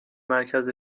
مرکز